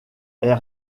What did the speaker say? est